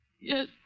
Yes